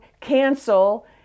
cancel